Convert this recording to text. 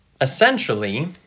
essentially